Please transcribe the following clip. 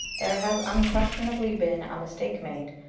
there has unquestionably been a mistake made,